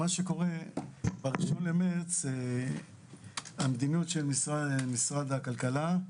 ב-1 במרץ המדיניות של משרד הכלכלה היא